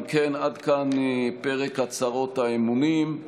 אם כן, עד כאן פרק הצהרות האמונים.